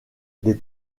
les